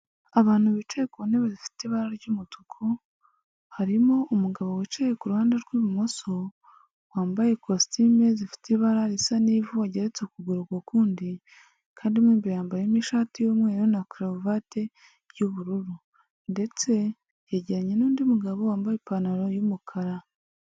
Abantu bicaye ku ntebe zifite ibara ry'umutuku, harimo umugabo wicaye ku ruhande rw'ibumoso, wambaye kositime zifite ibara risa n'ivu, wageretse ukuguru ku kundi, kandi mo imbere yambayemo ishati y'umweru na karuvati y'ubururu ndetse yegeranye n'undi mugabo wambaye ipantaro y'umukara.